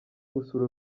gusura